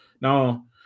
Now